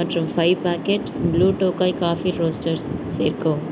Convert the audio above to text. மற்றும் five packet Blue Tokai Coffee Roasters சேர்க்கவும்